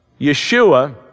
Yeshua